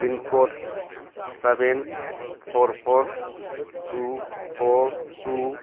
pin code seven seven four four two four two